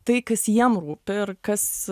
tai kas jiem rūpi ir kas